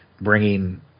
bringing